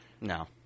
No